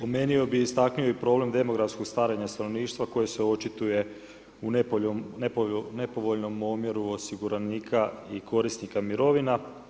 Spomenuo bi i istaknuo i problem demografskog starenja stanovništva, koji se očituje u nepovoljnom omjeru osiguranika i korisnika mirovina.